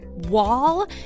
wall